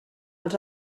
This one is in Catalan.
als